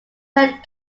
pet